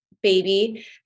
baby